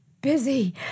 busy